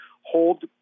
hold